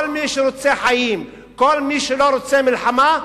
כל מי שרוצה חיים, כל מי שלא רוצה מלחמה,